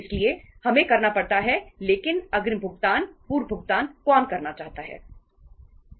इसलिए हमें करना पड़ता है लेकिन अग्रिम भुगतान पूर्व भुगतान कौन करना चाहता है